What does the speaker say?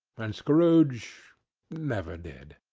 and scrooge never did.